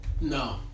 no